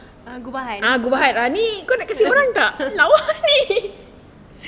uh gubahan